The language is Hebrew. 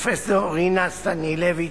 פרופסור רינה סנילביץ,